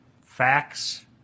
facts